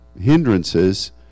hindrances